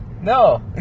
No